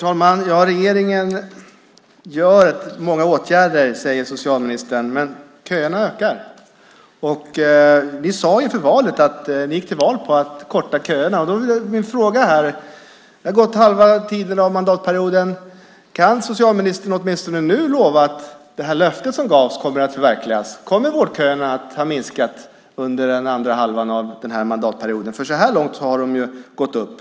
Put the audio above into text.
Herr talman! Regeringen vidtar många åtgärder, säger socialministern. Men köerna ökar. Ni sade inför valet att ni gick till val på att korta köerna, och därför har jag en fråga. Halva tiden av mandatperioden har gått. Kan socialministern åtminstone nu lova att det löfte som gavs kommer att förverkligas? Kommer vårdköerna att ha minskat under den andra halvan av den här mandatperioden? Så här långt har de ju gått upp.